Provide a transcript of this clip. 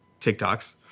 TikToks